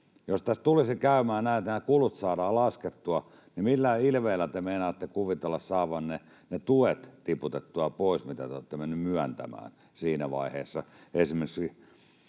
Jos tässä tulisi käymään näin, että nämä kulut saadaan laskettua, niin millä ilveellä te meinaatte kuvitella saavanne siinä vaiheessa tiputettua pois ne tuet, mitä te olette menneet myöntämään esimerkiksi